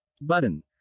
Button